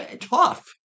tough